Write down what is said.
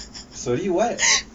sorry what